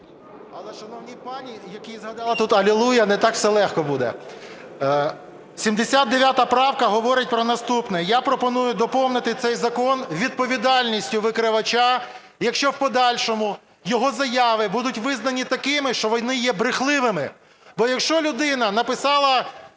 Але шановній пані, яка згадала тут "алілуя", не так все легко буде. 79 правка говорить про наступне. Я пропоную доповнити цей закон відповідальністю викривача, якщо в подальшому його заяви будуть визнані такими, що вони є брехливими. Бо, якщо людина написала